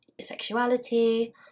sexuality